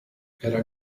era